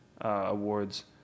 awards